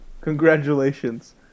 congratulations